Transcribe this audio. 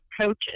coaches